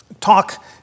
talk